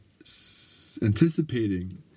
anticipating